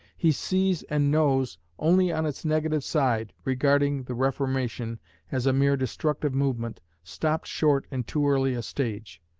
he sees and knows only on its negative side, regarding the reformation as a mere destructive movement, stopped short in too early a stage.